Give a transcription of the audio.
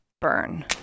Burn